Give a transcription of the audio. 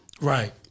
Right